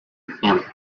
felt